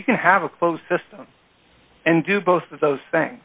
you can have a closed system and do both of those things